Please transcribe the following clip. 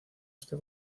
este